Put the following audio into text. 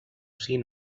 seen